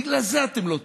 בגלל זה אתם לא תהיו.